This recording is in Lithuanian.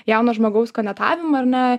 jauno žmogaus konetavimą ar ne